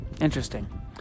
interesting